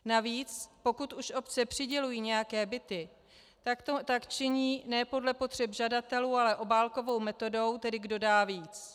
Navíc pokud už obce přidělují nějaké byty, tak to činí ne podle potřeb žadatelů, ale obálkovou metodou, tedy kdo dá víc.